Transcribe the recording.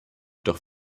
doch